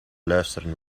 luisteren